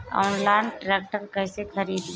Online tractor कैसे खरदी?